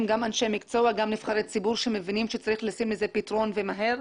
גם אנשי מקצוע וגם נבחרי ציבור שמבינים שצריך לשים את זה פתרון ומהר.